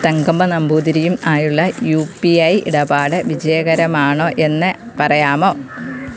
തങ്കമ്മ നമ്പൂതിരിയും ആയുള്ള U P I ഇടപാട് വിജയകരമാണോ എന്ന് പറയാമോ